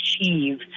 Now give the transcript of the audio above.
achieve